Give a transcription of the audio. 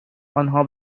آنها